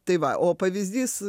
tai va o pavyzdys